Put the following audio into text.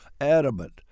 adamant